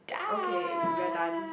okay we are done